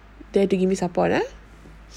there to give me support ah